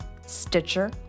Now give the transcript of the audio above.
Stitcher